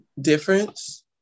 difference